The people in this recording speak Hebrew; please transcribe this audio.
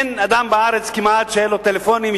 אין כמעט אדם בארץ שאין לו טלפונים,